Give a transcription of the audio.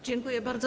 Dziękuję bardzo.